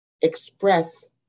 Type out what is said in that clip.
express